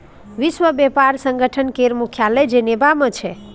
विश्व बेपार संगठन केर मुख्यालय जेनेबा मे छै